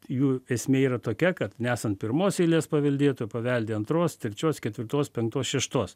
jų esmė yra tokia kad nesan pirmos eilės paveldėtojo paveldi antros trečios ketvirtos penktos šeštos